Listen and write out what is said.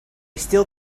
still